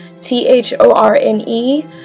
T-H-O-R-N-E